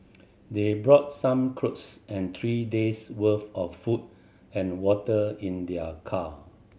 they brought some clothes and three days worth of food and water in their car